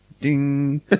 ding